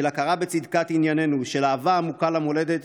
של הכרה בצדקת ענייננו, של אהבה עמוקה למולדת